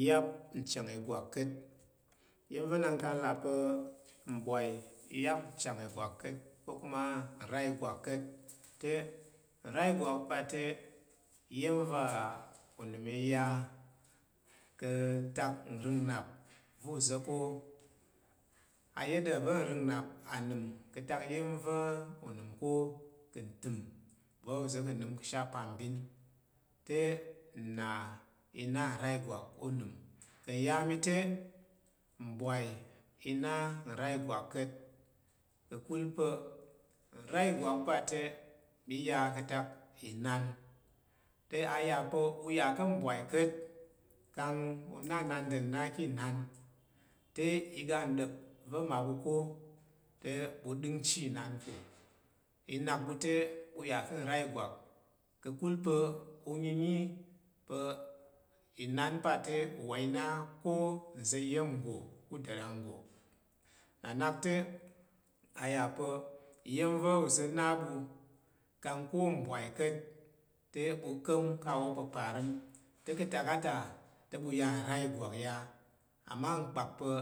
Iya̱m achang ìgwak le iya̱m va̱ nak kang nlà pa̱ mbwai iyap nchang i gwala ka̱t ko kuma te nra ìgwak pa̱ te. Iya̱m va̱ unəm iya ka̱ atak nrəng nal va̱ uza̱ ko ayada va̱ nrəng nnap anəm ka̱ atak iya̱m va̱ unəm ka̱ ntəm va uza̱ ka̱ nəm ka ashe apambin le nna i na ra gwala unəm kang ya mi te mbwai ina ura igwak ka̱t kakul pa̱ ura ìgwak pa̱ te i ya ka atak inan yap nya ka̱ mbwai ka̱t kung inan dem na ka̱ inan te aga dap va mmaɓu ko te ɓu ɗinchi inan ko inak ɓu te ɓu ya ka̱ ra igwak ka̱ pa̱ u nyi yi pa̱ inan pa̱ te u wai na ko nza̱ iyam go uda ranggo nna nata te a ya pa iya̱m va̱ uzo na bu kan ko ubwai kat te bukan ka wopa. Parim te ka tak a ta te bu yan nra igwak ya ama mpak pa̱